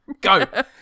Go